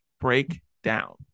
breakdown